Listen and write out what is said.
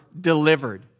delivered